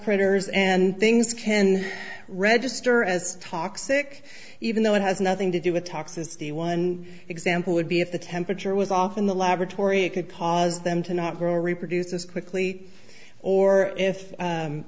critters and things can register as talk sick even though it has nothing to do with toxicity one example would be if the temperature was off in the laboratory it could cause them to not grow reproduce as quickly or if